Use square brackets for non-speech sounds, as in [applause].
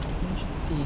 [noise] interesting